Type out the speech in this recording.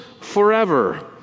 forever